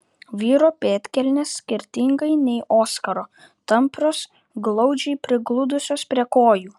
vyro pėdkelnės skirtingai nei oskaro tamprios glaudžiai prigludusios prie kojų